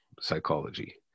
psychology